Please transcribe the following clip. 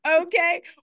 Okay